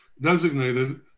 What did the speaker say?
designated